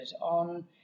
on